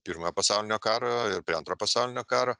pirmojo pasaulinio karo ir prie antro pasaulinio karo